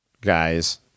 guys